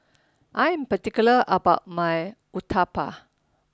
I am particular about my Uthapam